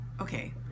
Okay